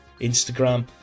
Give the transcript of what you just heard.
Instagram